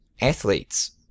athletes